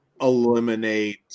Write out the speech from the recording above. eliminate